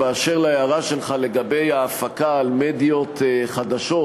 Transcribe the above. אשר להערה שלך לגבי ההפקה על מדיות חדשות,